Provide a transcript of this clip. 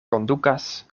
kondukas